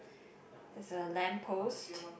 there's a lamp post